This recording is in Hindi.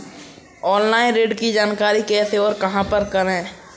ऑनलाइन ऋण की जानकारी कैसे और कहां पर करें?